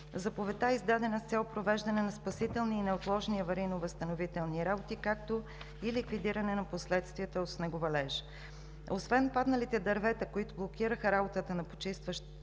Заповедта е издадена с цел провеждане на спасителни и неотложни аварийно-възстановителни работи, както и ликвидиране на последствията от снеговалежа. Освен падналите дървета, които блокираха работата на почистващата